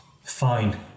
Fine